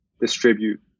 distribute